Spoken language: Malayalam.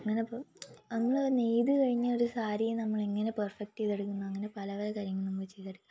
അങ്ങനെ പോവും അന്നു നെയ്ത് കഴിഞ്ഞ ഒരു സാരി നമ്മൾ എങ്ങനെ പെർഫെക്ട് ചെയ്തെടുക്കുന്നു അങ്ങനെ പലവക കാര്യങ്ങൾ നമ്മൾ ചെയ്തെടുക്കാം